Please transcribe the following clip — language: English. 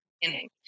beginning